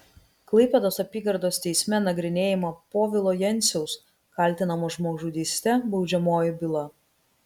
klaipėdos apygardos teisme nagrinėjama povilo jenciaus kaltinamo žmogžudyste baudžiamoji byla